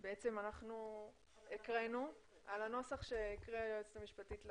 על הנוסח שהקריאה היועצת המשפטית לוועדה.